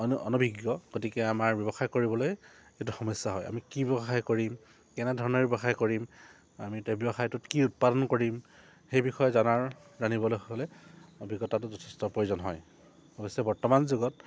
অনু অনুভিজ্ঞ গতিকে আমাৰ ব্যৱসায় কৰিবলৈ এইটো সমস্যা হয় আমি কি ব্যৱসায় কৰিম কেনেধৰণৰ ব্যৱসায় কৰিম আমি ব্যৱসায়টোত কি উৎপাদন কৰিম সেই বিষয়ে জনাৰ জানিবলৈ হ'লে অভিজ্ঞতাটো যথেষ্ট প্ৰয়োজন হয় অৱশ্যে বৰ্তমান যুগত